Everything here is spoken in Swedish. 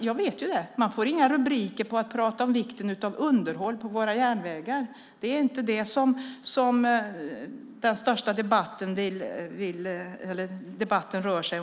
Jag vet att man inte får några rubriker genom att prata om vikten av underhåll på våra järnvägar. Det är inte detta som den största debatten handlar om.